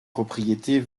propriétés